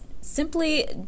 simply